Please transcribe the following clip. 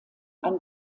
ein